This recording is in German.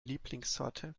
lieblingssorte